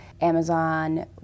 Amazon